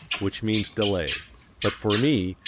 which means delay but for me,